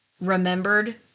remembered